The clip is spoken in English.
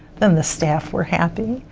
then the staff were happy.